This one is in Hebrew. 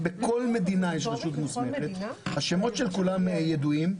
בכל מדינה יש רשות מוסמכת ושמות כולם ידועים.